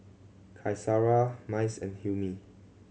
Qaisara Mas and Hilmi